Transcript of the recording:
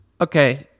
Okay